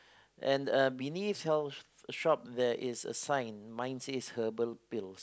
and uh beneath health shop there is a sign mine says herbal pills